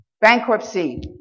bankruptcy